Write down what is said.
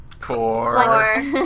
core